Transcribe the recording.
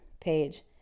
page